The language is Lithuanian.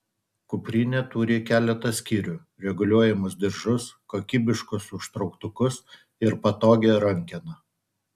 kuprinė turi keletą skyrių reguliuojamus diržus kokybiškus užtrauktukus ir patogią rankeną